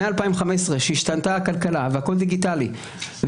מ-2015 כשהשתנתה הכלכלה והכל דיגיטלי,